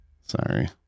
Sorry